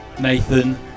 Nathan